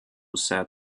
said